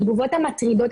התגובות המטרידות,